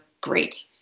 great